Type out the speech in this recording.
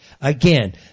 Again